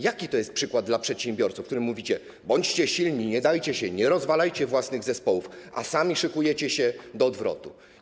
Jaki to jest przykład dla przedsiębiorców, którym mówicie: bądźcie silni, nie dajcie się, nie rozwalajcie własnych zespołów, a sami szykujecie się do odwrotu?